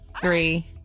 three